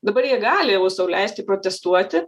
dabar jie gali sau leisti protestuoti